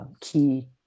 key